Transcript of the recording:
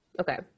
Okay